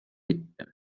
mitte